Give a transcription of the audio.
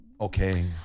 okay